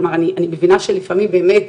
כלומר אני מבינה שלפעמים יש